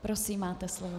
Prosím, máte slovo.